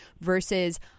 versus